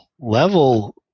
level